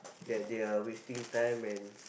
that they are wasting time and